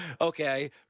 okay